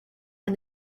and